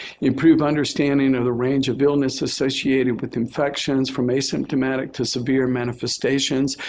improved understanding of the range of illness associated with infections from asymptomatic to severe manifestations,